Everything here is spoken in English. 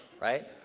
right